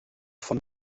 von